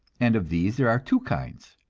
and of these there are two kinds,